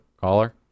Caller